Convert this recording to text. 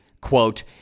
quote